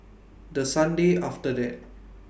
The Sunday after that